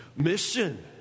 mission